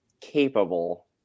capable